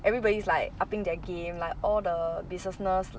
everybody is like upping their game like all the businesses